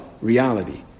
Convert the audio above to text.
reality